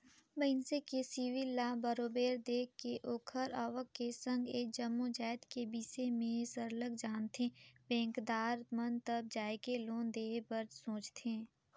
मइनसे के सिविल ल बरोबर देख के ओखर आवक के संघ ए जम्मो जाएत के बिसे में सरलग जानथें बेंकदार मन तब जाएके लोन देहे बर सोंचथे